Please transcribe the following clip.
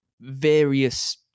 various